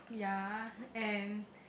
ya and